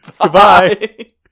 Goodbye